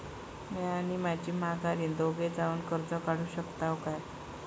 म्या आणि माझी माघारीन दोघे जावून कर्ज काढू शकताव काय?